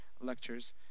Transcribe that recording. lectures